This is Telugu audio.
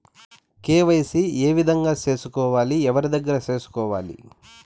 కె.వై.సి ఏ విధంగా సేసుకోవాలి? ఎవరి దగ్గర సేసుకోవాలి?